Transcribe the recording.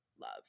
love